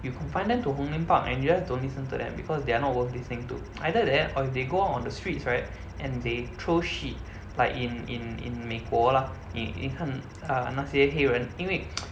you confine them to hong lim park and you just don't listen to them because they're not worth listening to either that or if they go out on the streets right and they throw shit like in in in 美国 lah 你你看 uh 那些黑人因为